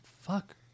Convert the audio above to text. fuck